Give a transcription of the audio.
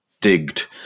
digged